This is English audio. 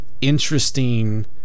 interesting